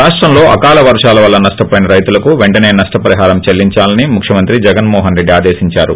రాష్టంలో ఆకాల వర్గాల వల్ల నష్టనోయిన రైతులకు పెంటనే నష్టపరిహారం చెల్లించాలని ముఖ్యమంత్రి జగన్ మోహన్ రెడ్డి ఆదేశించారు